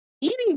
eating